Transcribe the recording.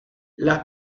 las